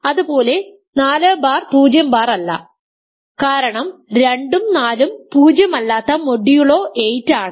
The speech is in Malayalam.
അതുപോലെ 4 ബാർ 0 ബാർ അല്ല കാരണം 2 ഉം 4 ഉം പൂജ്യം അല്ലാത്ത മൊഡ്യൂളോ 8 ആണ്